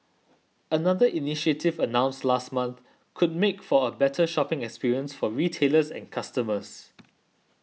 another initiative announced last month could make for a better shopping experience for retailers and customers